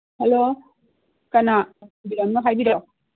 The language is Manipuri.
ꯍꯂꯣ ꯀꯅꯥ ꯑꯣꯏꯕꯤꯔꯝꯅꯣ ꯍꯥꯏꯕꯤꯔꯛꯑꯣ